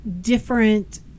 different